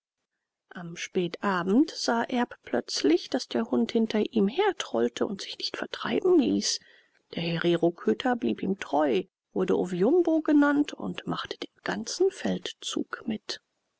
am spätabend sah erb plötzlich daß der hund hinter ihm her trollte und sich nicht vertreiben ließ der hereroköter blieb ihm treu wurde oviumbo genannt und machte den ganzen feldzug mit